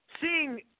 seeing –